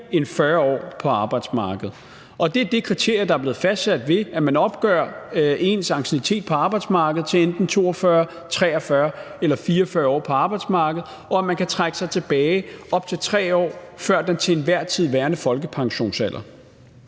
end 40 år på arbejdsmarkedet. Det er det kriterie, der er blevet fastsat ved, at man opgør ens anciennitet på arbejdsmarkedet til enten 42, 43 eller 44 år på arbejdsmarkedet, og at man kan trække sig tilbage op til 3 år før den til enhver tid værende folkepensionsalder.